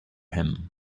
him